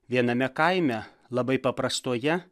viename kaime labai paprastoje